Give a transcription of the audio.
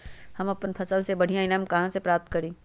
हम अपन फसल से बढ़िया ईनाम कहाँ से प्राप्त करी?